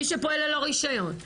מי שפועל ללא רישיון,